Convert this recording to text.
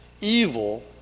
evil